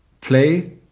play